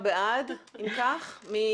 ארבעה בעד, אין